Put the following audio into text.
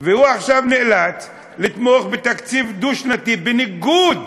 הוא עכשיו נאלץ לתמוך בתקציב דו-שנתי, בניגוד